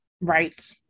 Right